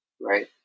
right